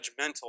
judgmental